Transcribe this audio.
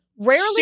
Rarely